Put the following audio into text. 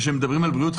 וכשמדברים על בריאות,